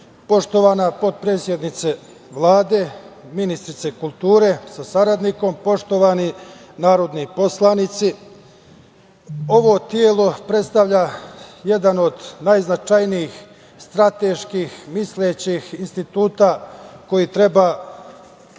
potpredsednice Vlade ministrice kulture sa saradnikom, poštovani narodni poslanici, ovo telo predstavlja jedan od najznačajnijih strateških mislećih instituta kojim treba kreirati